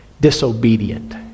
Disobedient